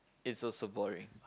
it's also boring